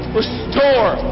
restore